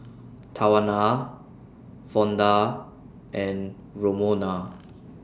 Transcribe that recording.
Tawana Vonda and Romona